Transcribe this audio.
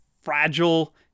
fragile